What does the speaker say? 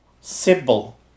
Simple